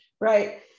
right